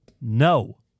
no